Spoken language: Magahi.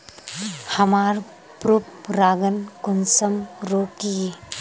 हमार पोरपरागण कुंसम रोकीई?